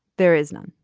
there is none.